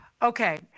Okay